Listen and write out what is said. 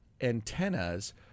antennas